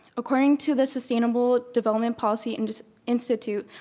according to the sustainable development policy and institute,